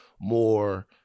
more